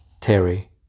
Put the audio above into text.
Terry